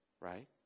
Right